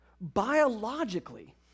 biologically